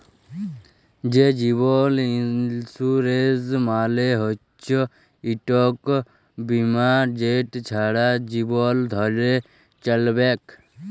যে জীবল ইলসুরেলস মালে হচ্যে ইকট বিমা যেট ছারা জীবল ধ্যরে চ্যলবেক